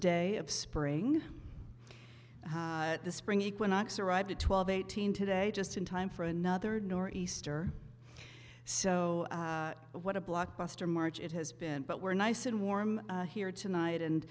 day of spring the spring equinox arrived at twelve eighteen today just in time for another nor'easter so what a blockbuster march it has been but we're nice and warm here tonight and